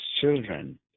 children